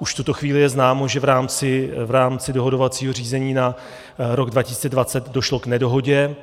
Už v tuto chvíli je známo, že v rámci dohodovacího řízení na rok 2020 došlo k nedohodě